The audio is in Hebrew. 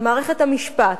של מערכת המשפט,